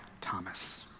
thomas